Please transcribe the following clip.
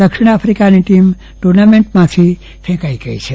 દક્ષીણ આફ્રિકાની team tournament માંથી નીકળી ગઈ છે